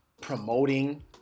promoting